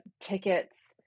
tickets